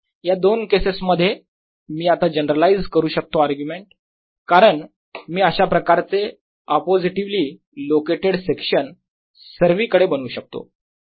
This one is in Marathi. या दोन केसेस मध्ये मी आता जनरलाइज करू शकतो आर्ग्युमेंट कारण मी अशा प्रकारचे अपोझिटिवली लोकेटेड सेक्शन सर्वीकडे बनवू शकतो